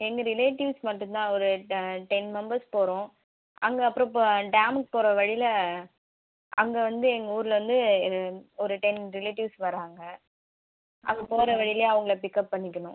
எங்கள் ரிலேட்டிவ்ஸ் மட்டும் தான் ஒரு ட டென் மெம்பர்ஸ் போகிறோம் அங்கே அப்புறோம் ப டேமுக்கு போகிற வழியில் அங்கே வந்து எங்கள் ஊருலருந்து ஒரு டென் ரிலேட்டிவ்ஸ் வராங்க அங்கே போகிற வழியிலே அவங்கள பிக்கப் பண்ணிக்கணும்